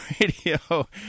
Radio